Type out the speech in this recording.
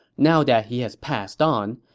now that he has passed on,